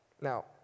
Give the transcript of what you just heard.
Now